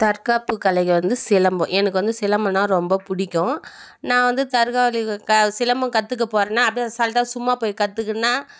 தற்காப்புக் கலைகள் வந்து சிலம்பம் எனக்கு வந்து சிலம்பன்னா ரொம்ப பிடிக்கும் நான் வந்து தற்காலிக க சிலம்பம் கற்றுக்கப் போகிறேன்னா அப்டி அசால்ட்டாக சும்மா போய் கற்றுக்குனா